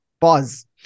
Pause